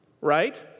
right